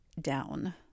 down